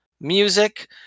music